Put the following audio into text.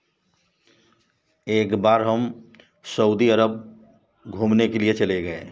एक बार हम सऊदी अरब घूमने के लिए चले गए